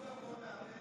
הגב שלי פחות גרוע מהבטן.